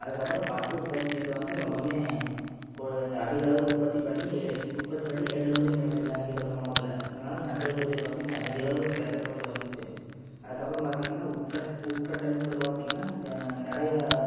அதுக்கப்புறம் பட்டு உற்பத்தியில் வந்து ரொம்பவுமே கொ அதிகளவு உற்பத்தி பண்ணி உற்பத்தி பண்ணி ஏற்றுமதியும் பண்ணிகிட்டு இருந்தாங்க ஈரோடு மாவட்டத்தில் அதனால் நெசவுத் தொழில் வந்து இங்கே அதிகளவில் பேசப்பட்டு வந்துச்சு அதுக்கப்புறம் பார்த்தீங்கன்னா உட்கட் உட்கட்டமைப்பில் பார்த்தீங்கன்னா த நிறையா